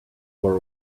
for